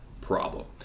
problem